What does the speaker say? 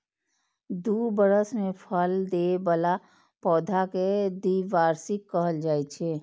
दू बरस मे फल दै बला पौधा कें द्विवार्षिक कहल जाइ छै